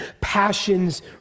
passions